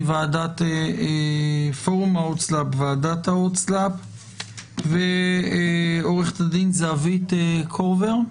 מוועדת פורום ההוצאה לפועל וועדת ההוצאה לפועל ועו"ד זהבית קורבר,